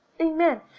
Amen